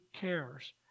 cares